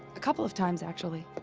a couple of times, actually.